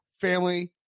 family